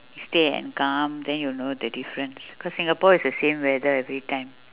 you stay and come then you will know the difference cause singapore is the same weather every time